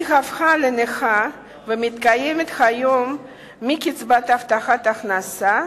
היא הפכה לנכה ומתקיימת היום מקצבת הבטחת הכנסה.